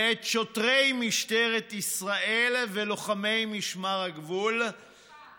ואת שוטרי משטרת ישראל ולוחמי משמר הגבול, חוצפה.